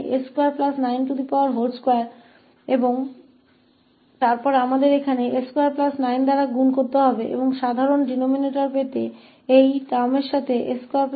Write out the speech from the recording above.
तो यहाँ s292 और फिर हमें यहाँ s29 से गुणा करना होगा और इस पद से s29 से भाग करना होगा ताकि आम हर हो